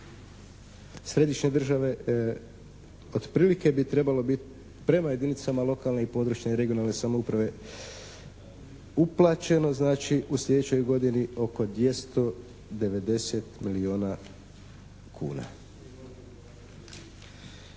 središnje države otprilike bi trebalo biti prema jedinicama lokalne i područne regionalne samouprave uplaćeno znači u slijedećoj godini oko 290 milijuna kuna.